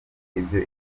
ibyo